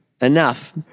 enough